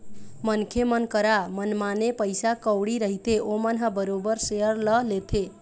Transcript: मनखे मन करा मनमाने पइसा कउड़ी रहिथे ओमन ह बरोबर सेयर ल लेथे